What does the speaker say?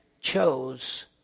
chose